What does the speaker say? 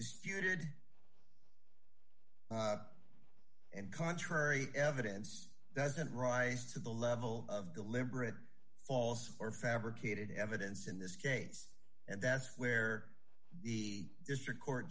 disputed and contrary evidence doesn't rise to the level of deliberate false or fabricated evidence in this case and that's where the district court